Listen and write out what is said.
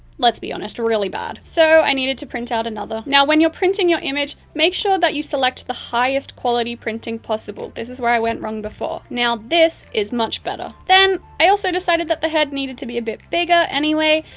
let's be honest, really bad. so, i needed to print out another. now when you're printing your image, make sure that you select the highest quality printing possible. this is where i went wrong before. now this is much better. then i also decided that the head needed to be a bit bigger anyway,